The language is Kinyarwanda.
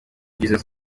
jesus